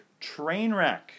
Trainwreck